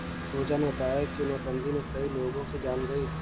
पूजा ने बताया कि नोटबंदी में कई लोगों की जान गई